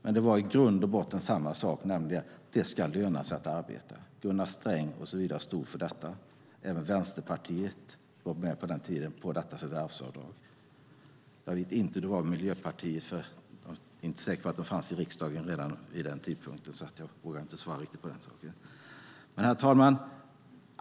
Men det var i grund och botten samma sak, nämligen att det ska löna sig att arbeta. Gunnar Sträng med flera stod för detta. Även Vänsterpartiet var på den tiden med på detta förvärvsavdrag. Jag vet inte hur det var med Miljöpartiet, för jag är inte säker på att de fanns i riksdagen redan vid den tidpunkten. Herr talman!